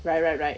right right right